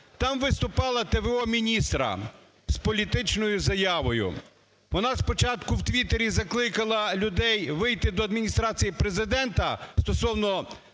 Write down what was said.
Там виступала т.в.о. міністра з політичною заявою. Вона спочатку в Twitter закликала людей вийти до Адміністрації Президента стосовно